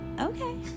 Okay